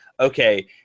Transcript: okay